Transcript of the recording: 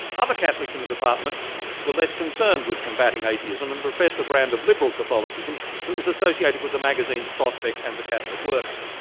other catholics in the department were less concerned with combating atheism and professed a brand of liberal catholicism that was associated with the magazines prospect and the catholic worker.